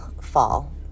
fall